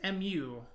MU